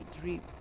dream